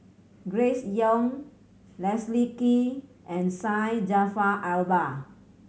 Grace Young Leslie Kee and Syed Jaafar Albar